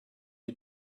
you